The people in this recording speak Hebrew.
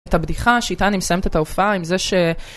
את הבדיחה שאיתה אני מסיימת את ההופעה עם זה ש...